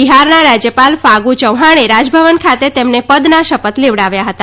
બિહારનાં રાજ્યપાલ ફાગુ યૌહાણે રાજભવન ખાતે તેમને પદનાં શપથ લેવડાવ્યા હતા